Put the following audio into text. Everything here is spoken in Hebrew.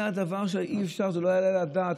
זה דבר שאי-אפשר, זה לא יעלה על הדעת.